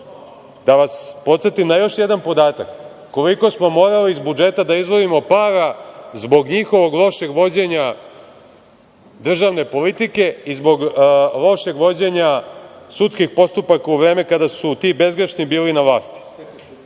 vas podsetim na još jedan podatak, koliko smo iz budžeta morali da izdvojimo para zbog njihovog lošeg vođenja državne politike i zbog lošeg vođenja sudskih postupaka u vreme kada su ti bezgrešni bili na vlasti.